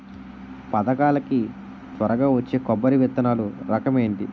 పథకాల కి త్వరగా వచ్చే కొబ్బరి విత్తనాలు రకం ఏంటి?